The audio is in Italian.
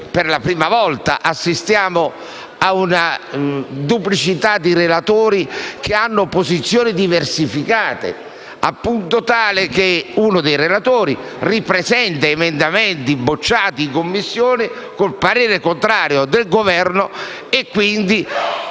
per la prima volta, assistiamo a una duplicità di relatori che hanno posizioni diversificate al punto che uno dei due ripresenta emendamenti respinti in Commissione con il parere contrario del Governo.